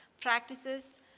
practices